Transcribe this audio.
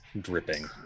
dripping